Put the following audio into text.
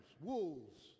wolves